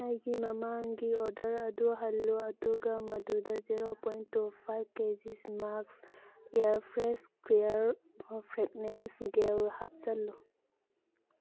ꯑꯩꯒꯤ ꯃꯃꯥꯡꯒꯤ ꯑꯣꯗꯔ ꯑꯗꯨ ꯍꯜꯂꯨ ꯑꯗꯨꯒ ꯃꯗꯨꯗ zero point two five K Gs Max air fresh clear fragrance gel ꯍꯥꯞꯆꯤꯜꯂꯨ